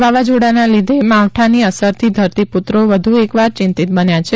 વાવાઝોડાના લીધે માવઠાની અસરથી ધરતીપુત્રો વધુ એકવાર ચિંતિત બન્યા છે